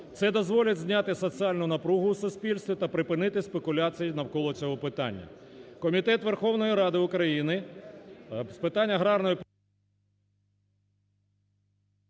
Це дозволить зняти соціальну напругу у суспільстві та припинити спекуляції навколо цього питання.